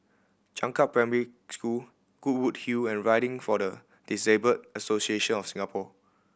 Changkat Primary School Goodwood Hill and Riding for the Disabled Association of Singapore